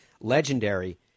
legendary